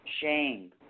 shame